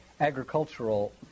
agricultural